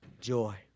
joy